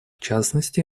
частности